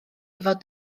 fod